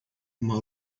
uma